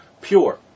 pure